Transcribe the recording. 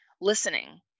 listening